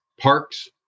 parks